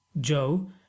Joe